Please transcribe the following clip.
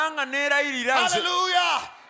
Hallelujah